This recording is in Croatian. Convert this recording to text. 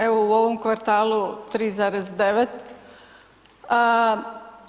Evo u ovom kvartalu, 3,9.